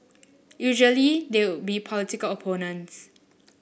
usually they would be political opponents